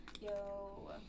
Yo